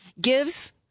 gives